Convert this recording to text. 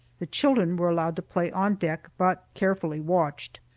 the children were allowed to play on deck, but carefully watched.